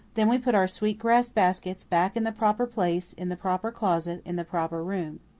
then we put our sweet-grass baskets back in the proper place in the proper closet in the proper room.